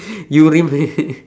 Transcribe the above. you real